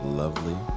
lovely